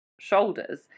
shoulders